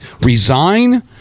resign